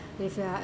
if you are